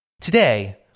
Today